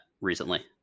recently